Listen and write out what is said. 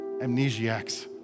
amnesiacs